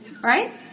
Right